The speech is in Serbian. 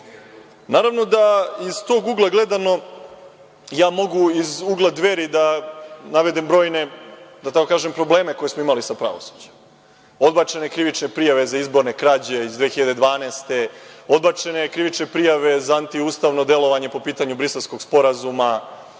da iz tog ugla gledano, ja mogu iz ugla Dveri da navedem brojne, da tako kažem, probleme koje smo imali sa pravosuđem. Odbačene krivične prijave za izborne krađe iz 2012. godine, odbačene krivične prijave za antiustavno delovanje po pitanju Briselskog sporazuma,